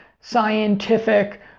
scientific